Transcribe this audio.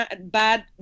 bad